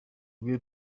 rwe